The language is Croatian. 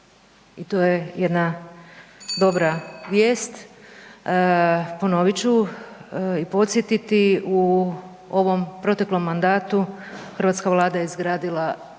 i to je jedna dobra vijest. Ponovit ću i podsjetiti u ovom proteklom mandatu hrvatska Vlada je izgradila